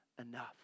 enough